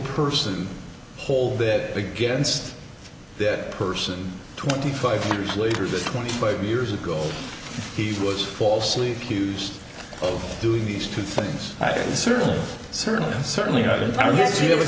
person hold it against that person twenty five years later the twenty five years ago he was falsely accused of doing these two things i can certainly certainly certainly not entirely